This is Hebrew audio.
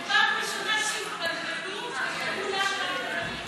זו פעם ראשונה שהתבלבלו וקראו לה מירב בן ארי.